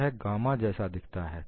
यह गामा जैसा दिखता है